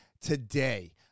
today